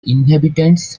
inhabitants